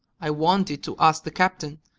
i wanted to ask the captain,